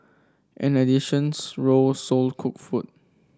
an additions row sold cooked food